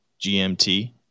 GMT